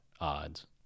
odds